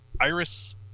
Iris